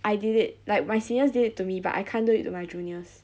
I did it like my seniors did it to me but I cannot do it to my juniors